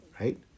Right